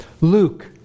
Luke